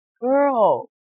Girl